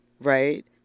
right